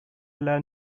learn